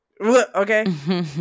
Okay